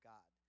God